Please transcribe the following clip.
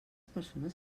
persones